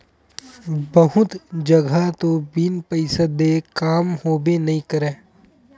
बहुत जघा तो बिन पइसा देय काम होबे नइ करय